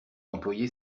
employé